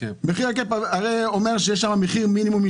מחיר הקאפ אומר שיש מחיר מינימום,